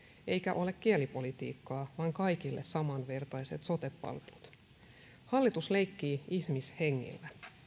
eikä ole kielipolitiikkaa vaan kaikille samanvertaiset sote palvelut hallitus leikkii ihmishengillä